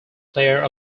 player